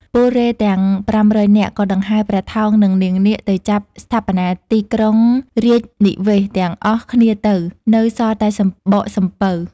ពលរេហ៍ទាំង ៥០០ នាក់ក៏ដង្ហែព្រះថោង និងនាងនាគទៅចាប់ស្ថាបនាទីក្រុងរាជនិវេសន៍ទាំងអស់គ្នាទៅ នៅសល់តែសំបកសំពៅ ។